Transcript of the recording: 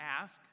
ask